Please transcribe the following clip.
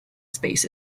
space